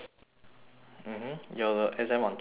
mmhmm your the exam on thursday right